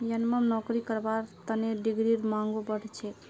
यनमम नौकरी करवार तने डिग्रीर मांगो बढ़ छेक